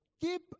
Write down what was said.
keep